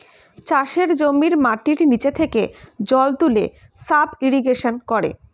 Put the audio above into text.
চাষের জমির মাটির নিচে থেকে জল তুলে সাব ইরিগেশন করে